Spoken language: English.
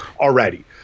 already